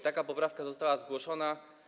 Taka poprawka została zgłoszona.